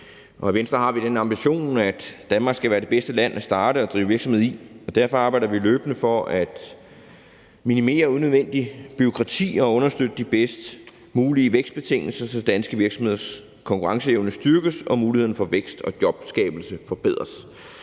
I Venstre har vi den ambition, at Danmark skal være det bedste land at starte og drive virksomhed i, og derfor arbejder vi løbende for at minimere unødvendigt bureaukrati og understøtte de bedst mulige vækstbetingelser, så danske virksomheders konkurrenceevne styrkes og muligheden for vækst og jobskabelse forbedres.